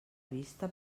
vista